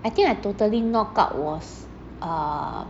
I think I totally knockout was uh